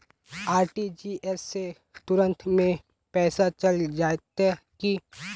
RTGS से तुरंत में पैसा चल जयते की?